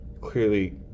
clearly